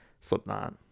Slipknot